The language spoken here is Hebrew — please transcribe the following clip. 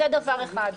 זה דבר אחד.